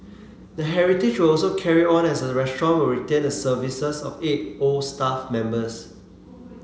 the heritage will also carry on as the restaurant will retain the services of eight old staff members